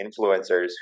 influencers